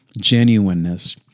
genuineness